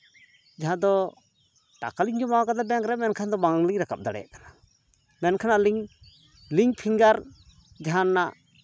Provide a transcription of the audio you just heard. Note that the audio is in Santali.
ᱡᱟᱦᱟᱸ ᱫᱚ ᱴᱟᱠᱟᱞᱤᱧ ᱡᱚᱢᱟᱣ ᱠᱟᱫᱟ ᱵᱮᱝᱠ ᱨᱮ ᱢᱮᱱᱠᱷᱟᱱ ᱵᱟᱝᱞᱤᱧ ᱨᱟᱠᱟᱵ ᱫᱟᱲᱮᱭᱟᱜ ᱠᱟᱱᱟ ᱢᱮᱱᱠᱷᱟᱱ ᱟᱹᱞᱤᱧ ᱞᱤᱝᱠ ᱯᱷᱤᱝᱜᱟᱨ ᱡᱟᱦᱟᱱᱟᱜ